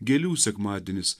gėlių sekmadienis